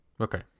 Okay